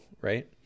right